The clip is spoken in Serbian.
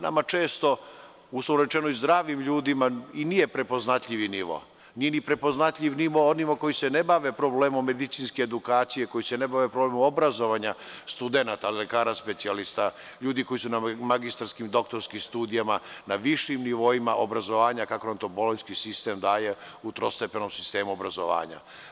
Nama često, uslovno rečeno, i zdravim ljudima nije prepoznatljivi nivo, nije ni prepoznatljiv nivo onima koji se ne bave problemom medicinske edukacije, koji se ne bave problemom obrazovanja studenata, lekara specijalista, ljudi koji su na magistarskim i doktorskim studijama, na višim nivoima obrazovanja, kako nam to bolonjski sistem daje u trostepenom sistemu obrazovanja.